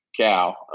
cow